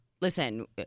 listen